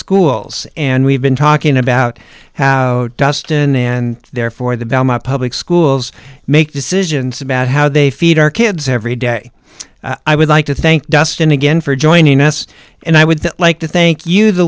schools and we've been talking about how dustin and therefore the belmont public schools make decisions about how they feed our kids every day i would like to thank dustin again for joining us and i would like to thank you the